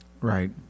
Right